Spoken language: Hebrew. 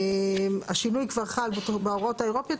השינוי כבר חל בהוראות האירופיות,